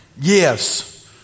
yes